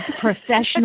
professional